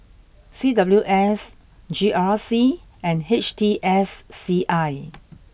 C W S G R C and H T S C I